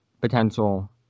potential